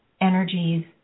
energies